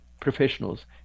professionals